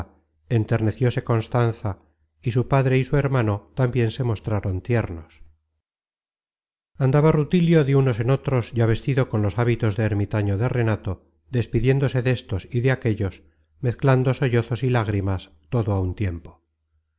gimió ricla enternecióse constanza y su padre y su hermano tambien se mostraron tiernos andaba rutilio de unos en otros ya vestido con los hábitos de ermitaño de renato despidiéndose destos y de aquellos mezclando sollozos y lágrimas todo á un tiempo